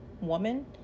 woman